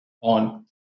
on